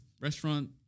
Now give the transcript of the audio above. restaurant